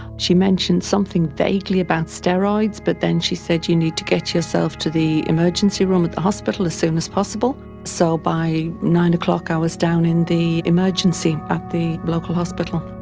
she mentioned something vaguely about steroids but then she said, you need to get yourself to the emergency room at the hospital as soon as possible. so by nine o'clock i was down in the emergency at the local hospital.